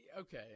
Okay